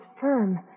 firm